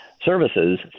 services